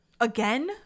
Again